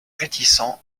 réticent